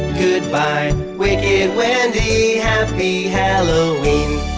goodbye, wicked wendy. happy halloween!